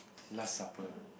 last supper